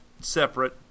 separate